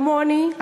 כמוני,